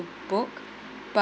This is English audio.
book but